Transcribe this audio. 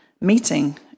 meeting